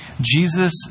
Jesus